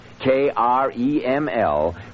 K-R-E-M-L